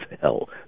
hell